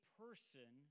person